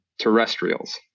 Terrestrials